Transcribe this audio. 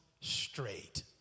straight